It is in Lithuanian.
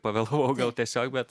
pavėlavau gal tiesiog bet